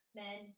men